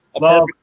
Love